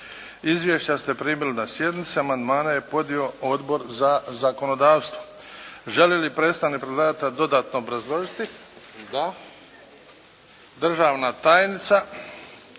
Izvješća ste primili na sjednici. Amandmane je podnio Odbor za zakonodavstvo. Želi li predstavnik predlagatelja dodatno obrazložiti? Da. Državna tajnica